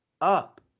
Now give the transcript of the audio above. up